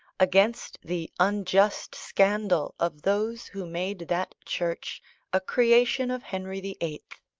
against the unjust scandal of those who made that church a creation of henry the eighth.